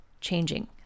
changing